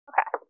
Okay